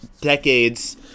decades